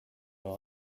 eure